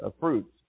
fruits